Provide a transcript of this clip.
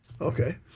okay